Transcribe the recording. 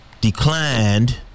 declined